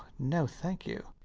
no, thank you.